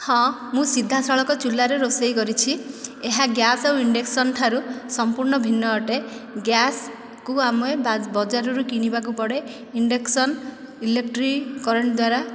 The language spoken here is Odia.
ହଁ ମୁଁ ସିଧାସଳଖ ଚୁଲାରେ ରୋଷେଇ କରିଛି ଏହା ଗ୍ୟାସ୍ ଆଉ ଇଣ୍ଡକ୍ସନ୍ଠାରୁ ସମ୍ପୂର୍ଣ୍ଣ ଭିନ୍ନ ଅଟେ ଗ୍ୟାସ୍କୁ ଆମେ ବଜାରରୁ କିଣିବାକୁ ପଡ଼େ ଇଣ୍ଡକ୍ସନ୍ ଇଲେକ୍ଟ୍ରିକ୍ କରେଣ୍ଟ ଦ୍ଵାରା